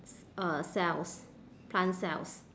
c~ uh cells plant cells